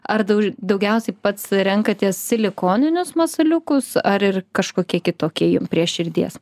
ar dauž daugiausiai pats renkatės silikoninius masaliukus ar ir kažkokie kitokie jum prie širdies